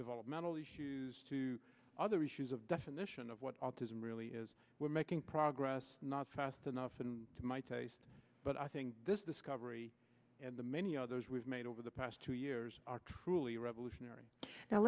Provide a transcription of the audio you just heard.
developmental issues to other issues of definition of what autism really is we're making progress not fast enough in my taste but i think this discovery and the many others we've made over the past two years are truly revolutionary now